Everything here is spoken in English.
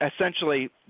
essentially